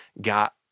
got